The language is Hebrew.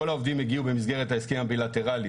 כל העובדים הגיעו במסגרת ההסכם הבילטרלי.